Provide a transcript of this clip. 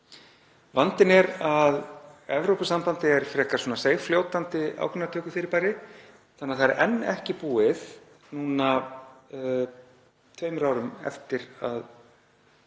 Vandinn er að Evrópusambandið er frekar svona seigfljótandi ákvörðunartökufyrirbæri þannig að það er enn ekki búið, núna tveimur árum eftir að